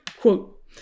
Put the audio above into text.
Quote